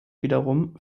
wiederum